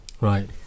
Right